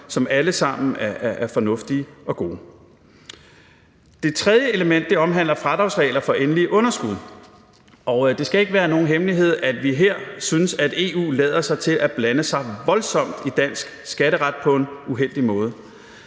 som alle sammen er fornuftige og gode. Det tredje element omhandler fradragsregler for endelige underskud. Det skal ikke være nogen hemmelighed, at vi her synes, at det lader til, at EU blander sig voldsomt i dansk skatteret på en uheldig måde.